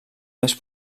més